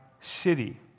city